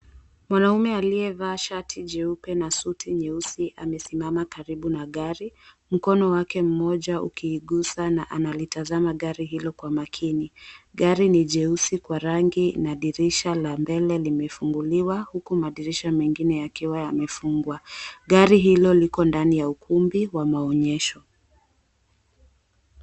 Mwanaume aliyevaa shati jeupe na suti nyeusi amesimama karibu na gari, mkono wake mmoja ukiigusa na analitazama gari hilo kwa makini. Gari ni jeusi kwa rangi na dirisha la mbele limefunguliwa huku madirisha mengine yakiwa yamefungwa. Gari hilo liko ndani ya ukumbi wa maonyesho.